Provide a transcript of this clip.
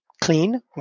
clean